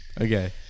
okay